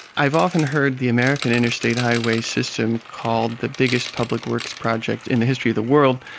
i have often heard the american interstate highway system called the biggest public works project in the history of the world.